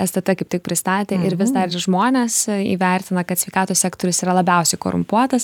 stt kaip tik pristatė vis dar ir žmonės įvertina kad sveikatos sektorius yra labiausiai korumpuotas